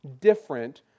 different